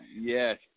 yes